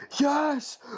yes